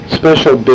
special